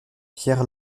pierre